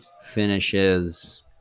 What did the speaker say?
finishes